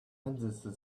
henderson